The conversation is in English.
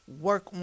work